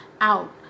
out